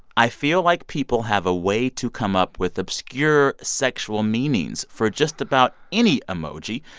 i feel like people have a way to come up with obscure sexual meanings for just about any emoji,